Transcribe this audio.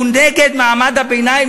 שהוא נגד מעמד הביניים,